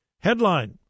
Headline